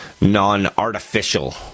non-artificial